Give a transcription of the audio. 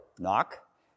Knock